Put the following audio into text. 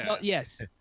Yes